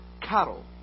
cattle